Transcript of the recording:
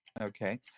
Okay